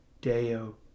Deo